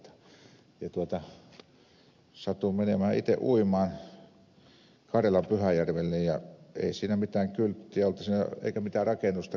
satuin menemään uimaan karjalan pyhäjärvelle ja ei siinä mitään kylttiä ollut eikä mitään rakennusta